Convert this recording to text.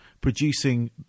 producing